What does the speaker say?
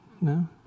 No